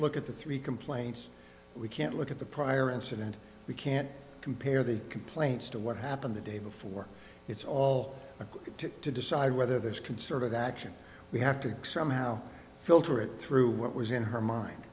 look at the three complaints we can't look at the prior incident we can't compare the complaints to what happened the day before it's all to decide whether there's concerted action we have to somehow filter it through what was in her mind